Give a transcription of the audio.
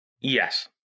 Yes